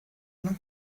l’un